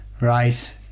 Right